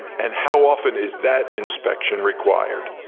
and how often is that inspection required?